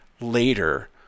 later